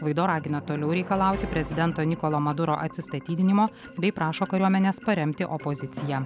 gvaido ragina toliau reikalauti prezidento nikolo maduro atsistatydinimo bei prašo kariuomenės paremti opoziciją